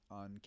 on